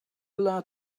allowed